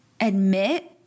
admit